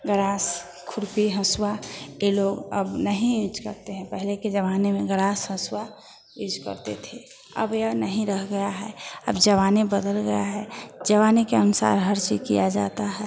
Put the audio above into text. गरास खुरपी हसुआ इ लोग अब नहीं यूज करते हैं पहले के ज़माने में गरास हसुआ यूज करते थे अब यह नहीं रह गया है अब ज़माने बदल गया है ज़माने के अनुसार हर चीज़ किया जाता है